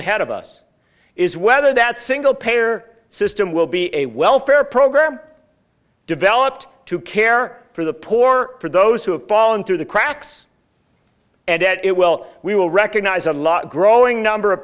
ahead of us is whether that single payer system will be a welfare program developed to care for the poor or for those who have fallen through the cracks and that it well we will recognize a lot of growing number of